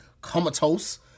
comatose